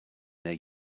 their